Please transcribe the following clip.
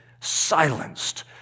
silenced